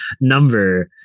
number